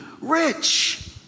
rich